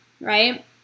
right